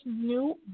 new